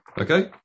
Okay